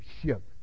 ship